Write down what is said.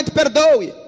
perdoe